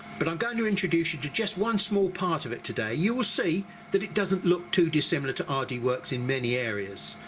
but i'm going to introduce you to just one small part of it today. you will see that it doesn't look too dissimilar to ah rdworks in many areas,